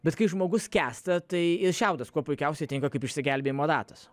bet kai žmogus skęsta tai ir šiaudas kuo puikiausiai tinka kaip išsigelbėjimo ratas